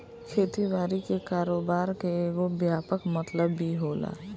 खेती बारी के कारोबार के एगो व्यापक मतलब भी होला